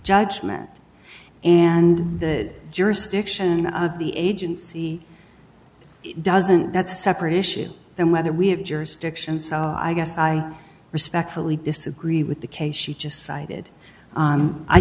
judgment and the jurisdiction of the agency doesn't that's a separate issue than whether we have jurisdiction so i guess i respectfully disagree with the case she just cited